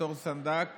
בתור סנדק